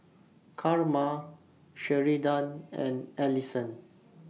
Karma Sheridan and Allyson